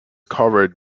covered